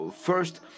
first